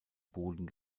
boden